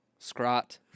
Scrot